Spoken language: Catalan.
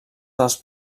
dels